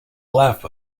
laugh